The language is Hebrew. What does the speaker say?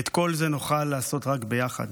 ואת כל זה נוכל לעשות רק ביחד.